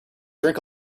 drink